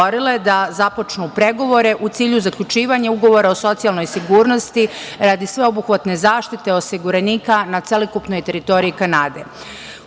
da započnu pregovore u cilju zaključivanja ugovora o socijalnoj sigurnosti, radi sveobuhvatne zaštite osiguranika na celokupnoj teritoriji